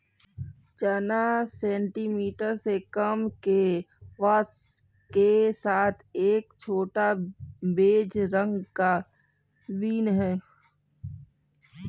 चना सेंटीमीटर से कम के व्यास के साथ एक छोटा, बेज रंग का बीन है